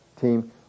team